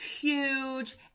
huge